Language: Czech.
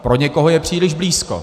Pro někoho je příliš blízko.